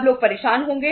सब लोग परेशान होंगे